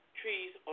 trees